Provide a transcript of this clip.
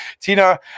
Tina